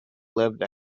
lived